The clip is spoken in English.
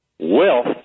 wealth